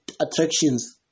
attractions